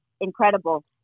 incredible